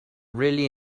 really